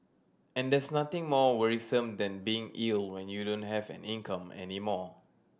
and there's nothing more worrisome than being ill when you don't have an income any more